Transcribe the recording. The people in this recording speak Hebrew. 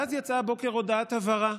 ואז יצאה הבוקר הודעת הבהרה: